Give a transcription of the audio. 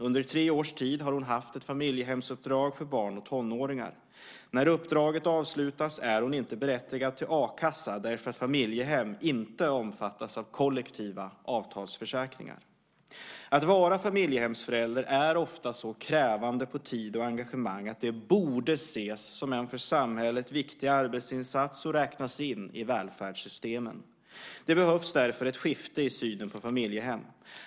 Under tre års tid har hon haft ett familjehemsuppdrag för barn och tonåringar. När uppdraget avslutas är hon inte berättigad till a-kassa, därför att familjehem inte omfattas av kollektiva avtalsförsäkringar. Att vara familjehemsförälder är ofta så krävande i fråga om tid och engagemang att det borde ses som en för samhället viktig arbetsinsats och räknas in i välfärdssystemen. Det behövs därför ett skifte i synen på familjehemmen.